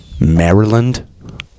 Maryland